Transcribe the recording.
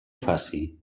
faci